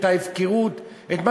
את ההפקרות,